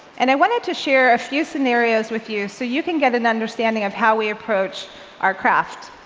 and i wanted to share a few scenarios with you, so you can get an understanding of how we approach our craft.